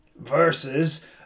versus